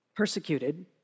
Persecuted